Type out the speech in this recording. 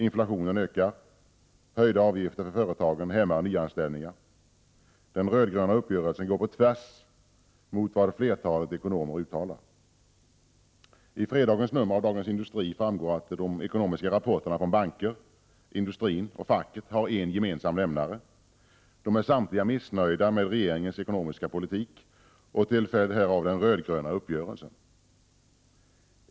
Inflationen ökar. Höjda avgifter för företagen hämmar nyanställningar. Den röd-gröna uppgörelsen går på tvärs mot vad flertalet ekonomer uttalar. I fredagens nummer av Dagens Industri framgår att de ekonomiska rapporterna från banker, industrin och facket har en gemensam nämnare: De är samtliga missnöjda med regeringens ekonomiska politik och till följd härav den röd-gröna uppgörelsen.